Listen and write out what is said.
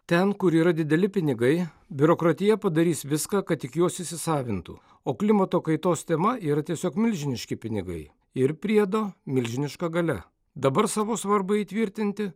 ten kur yra dideli pinigai biurokratija padarys viską kad tik juos įsisavintų o klimato kaitos tema yra tiesiog milžiniški pinigai ir priedo milžiniška galia dabar savo svarba įtvirtinti